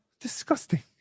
Disgusting